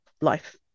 life